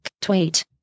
tweet